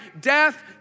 death